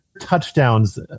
touchdowns